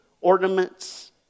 ornaments